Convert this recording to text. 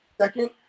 second